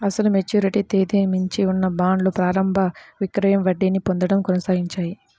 అసలు మెచ్యూరిటీ తేదీకి మించి ఉన్న బాండ్లు ప్రారంభ విక్రయం వడ్డీని పొందడం కొనసాగించాయి